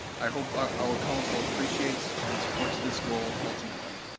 i hope our our council appreciates and supports this goal ultimately.